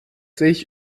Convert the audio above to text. sich